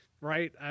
Right